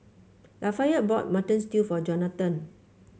Lafayette bought Mutton Stew for Johnathan